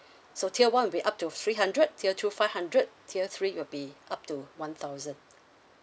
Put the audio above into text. so tier one will be up to three hundred tier two five hundred tier three will be up to one thousand